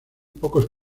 pocos